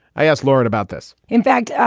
i ask lauren about this in fact, yeah